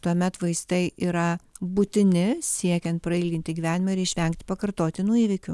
tuomet vaistai yra būtini siekiant prailginti gyvenimą ir išvengti pakartotinų įvykių